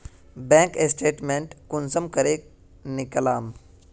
Bank statement कुंसम करे निकलाम?